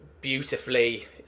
beautifully